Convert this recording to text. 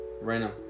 Random